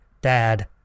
Dad